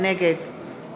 נגד